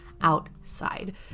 outside